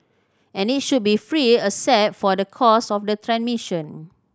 and it should be free except for the cost of the transmission